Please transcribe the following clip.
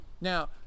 Now